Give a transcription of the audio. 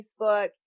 Facebook